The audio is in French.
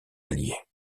alliées